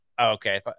Okay